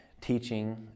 teaching